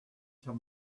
till